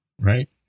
right